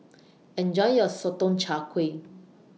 Enjoy your Sotong Char Kway